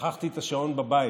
שכחתי את השעון בבית.